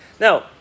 Now